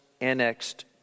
annexed